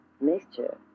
mixture